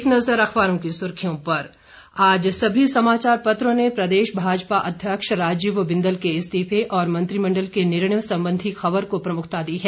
एक नज़र अखबारों की सुर्खियों पर आज सभी समाचार पत्रों ने प्रदेश भाजपा अध्यक्ष राजीव बिंदल के इस्तीफे और मंत्रिमंडल के निर्णयों संबंधी खबर को प्रमुखता दी है